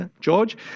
George